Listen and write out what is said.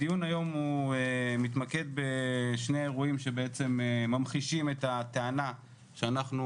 הדיון היום הוא מתמקד בשני אירועים שבעצם ממחישים את הטענה שאנחנו